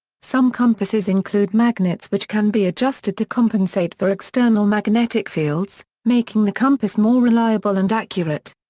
some compasses include magnets which can be adjusted to compensate for external magnetic fields, making the compass more reliable and accurate.